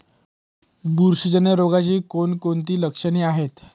बुरशीजन्य रोगाची कोणकोणती लक्षणे आहेत?